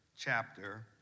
chapter